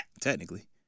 Technically